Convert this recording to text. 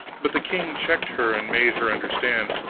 but the king checked her and made her understand,